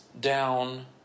down